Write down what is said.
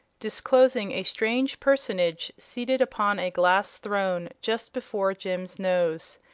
disclosing a strange personage seated upon a glass throne just before jim's nose.